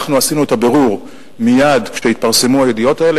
אנחנו עשינו את הבירור מייד כשהתפרסמו הידיעות האלה.